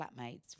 flatmates